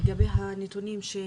לגבי הנתונים שנאספו,